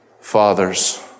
fathers